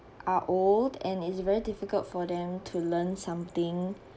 are old and it's very difficult for them to learn something